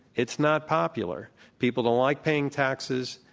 it's not popular. people don't like paying taxes.